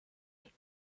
that